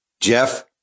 Jeff